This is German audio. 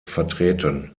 vertreten